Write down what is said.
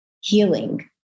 healing